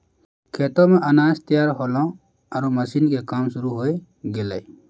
खेतो मॅ अनाज तैयार होल्हों आरो मशीन के काम शुरू होय गेलै